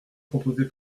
proposé